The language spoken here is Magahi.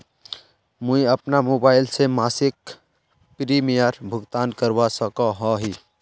मुई अपना मोबाईल से मासिक प्रीमियमेर भुगतान करवा सकोहो ही?